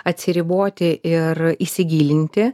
atsiriboti ir įsigilinti